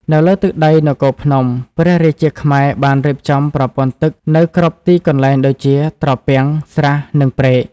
នៅលើទឹកដីនគរភ្នំ ព្រះរាជាខ្មែរបានរៀបចំប្រព័ន្ធទឹកនៅគ្រប់ទីកន្លែង ដូចជា ត្រពាំង ស្រះ និងព្រែក។